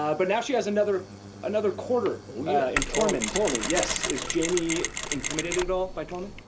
um but now she has another another courter yeah in tormund. tormund. yes. is jaime intimidated at all by tormund?